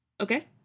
Okay